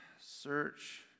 Search